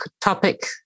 topic